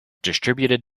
distributed